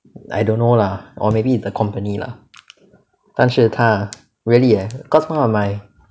I don't know lah or maybe the company lah 但是他 really eh cause one of my